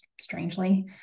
strangely